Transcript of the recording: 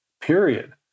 period